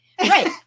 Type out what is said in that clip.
right